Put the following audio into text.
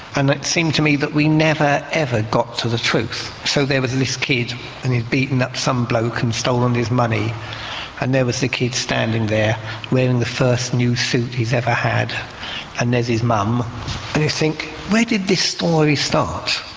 and it seemed to me that we never ever got to the truth. so there was this kid and he'd beaten up some bloke and stolen his money and there was the kid standing there wearing the first new suit he's ever had and there's his mum and you think where did this story start?